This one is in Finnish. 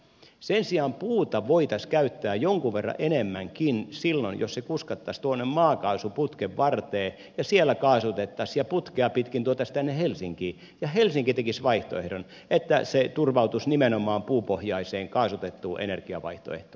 sen sijaan puuta voitaisiin käyttää jonkun verran enemmänkin silloin jos se kuskattaisiin tuonne maakaasuputken varteen ja siellä kaasutettaisiin ja putkea pitkin tuotaisiin tänne helsinkiin ja helsinki tekisi ratkaisun että se turvautuisi nimenomaan puupohjaiseen kaasutettuun energiavaihtoehtoon